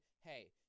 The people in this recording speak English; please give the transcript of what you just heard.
hey